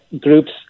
groups